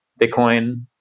Bitcoin